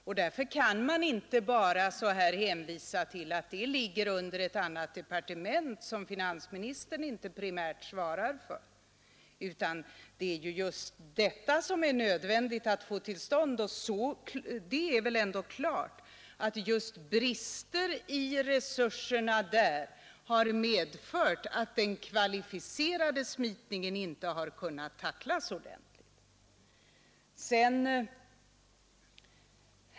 Det går inte att bara hänvisa till att frågan ligger under ett annat departement som finansministern inte primärt svarar för, utan det är nödvändigt att ta upp den här frågan på ett bredare plan. Det är väl ändå klart att just brister i resurserna där har medfört att den kvalificerade smitningen inte har kunnat stoppas ordentligt.